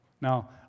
Now